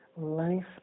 life